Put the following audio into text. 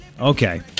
Okay